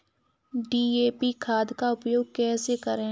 DAP खाद का उपयोग कैसे करें?